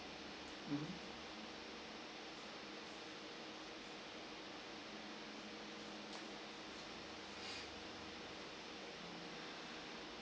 mmhmm